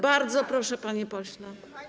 Bardzo proszę, panie pośle.